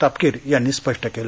तापकीर यांनी स्पष्ट केले